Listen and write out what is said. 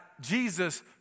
Jesus